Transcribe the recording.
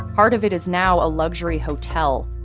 part of it is now a luxury hotel.